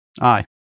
Aye